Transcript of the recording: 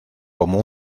como